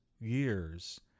years